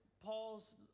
Paul's